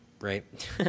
Right